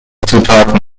zutaten